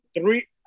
three